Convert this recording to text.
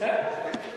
10 מיליארד.